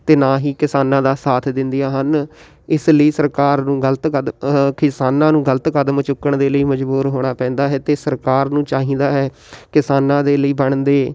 ਅਤੇ ਨਾ ਹੀ ਕਿਸਾਨਾਂ ਦਾ ਸਾਥ ਦਿੰਦੀਆਂ ਹਨ ਇਸ ਲਈ ਸਰਕਾਰ ਨੂੰ ਗਲਤ ਕਦ ਕਿਸਾਨਾਂ ਨੂੰ ਗਲਤ ਕਦਮ ਚੁੱਕਣ ਦੇ ਲਈ ਮਜ਼ਬੂਰ ਹੋਣਾ ਪੈਂਦਾ ਹੈ ਅਤੇ ਸਰਕਾਰ ਨੂੰ ਚਾਹੀਦਾ ਹੈ ਕਿਸਾਨਾਂ ਦੇ ਲਈ ਬਣਦੇ